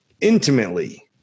intimately